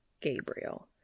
Gabriel